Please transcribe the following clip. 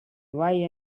why